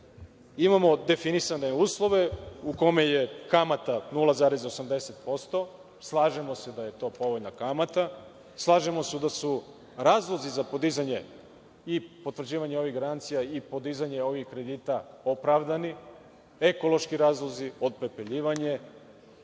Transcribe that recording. imamo definisane uslove, u kojima je kamata 0,80%. Slažemo se da je to povoljna kamata, slažemo se da su razlozi za podizanje i potvrđivanje ovih garancija i podizanje ovih kredita opravdani, ekološki razlozi otpepeljivanje,